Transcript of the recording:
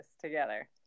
together